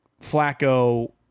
Flacco